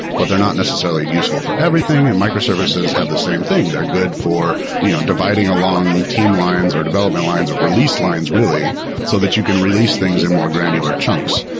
but they're not necessarily useful for everything. and microservices have the same thing. they're good for you know dividing along team lines or development lines or release lines really so that you can release things in more granular chunks.